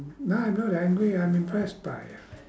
no I'm not angry I'm impressed by you